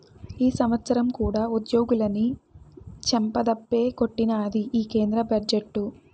ఈ సంవత్సరం కూడా ఉద్యోగులని చెంపదెబ్బే కొట్టినాది ఈ కేంద్ర బడ్జెట్టు